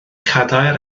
cadair